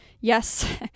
Yes